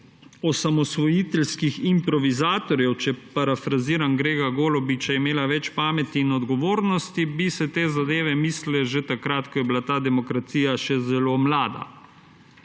osamosvojiteljskih improvizatorjev, če parafraziram Gregorja Golobiča, imela več pameti in odgovornosti, bi se te zadeve mislile že takrat, ko je bila ta demokracija še zelo mlada.